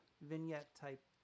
vignette-type